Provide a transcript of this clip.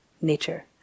nature